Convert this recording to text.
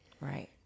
Right